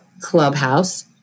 clubhouse